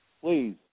Please